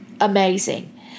amazing